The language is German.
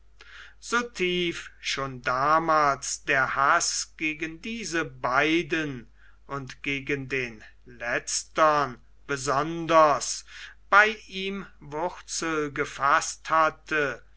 so tief schon damals der haß gegen diese beiden und gegen den letztern besonders bei ihm wurzel gefaßt hatte